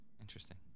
interesting